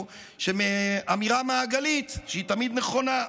אמירה מעגלית שהיא תמיד נכונה.